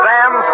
Sam